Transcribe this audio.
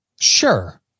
Sure